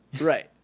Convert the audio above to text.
Right